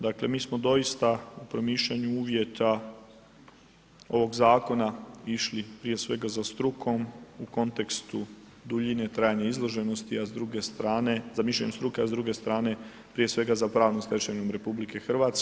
Dakle, mi smo doista u promišljanju uvjeta ovog zakona išli prije svega za strukom u kontekstu duljine trajanja izloženosti, a s druge strane, za mišljenje struke, a s druge strane prije svega za pravnom stečevinom RH.